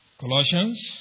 Colossians